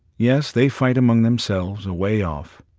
yes, they fight among themselves a way off.